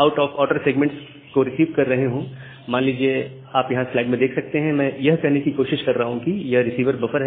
out of order segments को receive कर रहे हो मान लीजिए आप यहां स्लाइड में देख सकते हैं मैं यह कहने की कोशिश कर रहा हूं कि यह रिसीवर बफर है